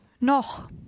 noch